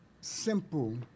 simple